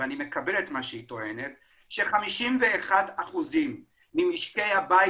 ואני מקבל את מה שהיא טוענת, ש-51% ממשקי הבית